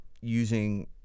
using